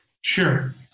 Sure